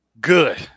good